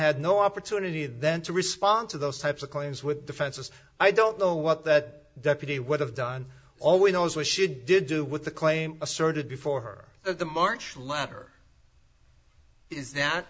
had no opportunity then to respond to those types of claims with defenses i don't know what that deputy would have done all we know is what she did do with the claim asserted before her the march latter is that